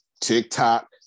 TikTok